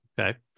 Okay